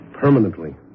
Permanently